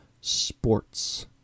Sports